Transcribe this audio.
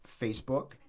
Facebook